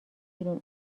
بیرون